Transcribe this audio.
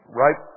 right